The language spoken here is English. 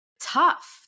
tough